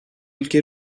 ülke